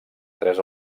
tres